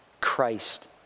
Christ